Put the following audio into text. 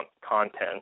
content